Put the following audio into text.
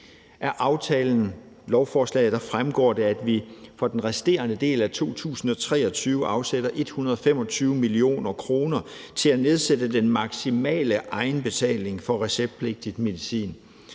og lovforslaget fremgår det, at vi for den resterende del af 2023 afsætter 125 mio. kr. til at nedsætte den maksimale egenbetaling for receptpligtig medicin.